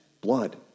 blood